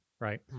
Right